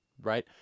right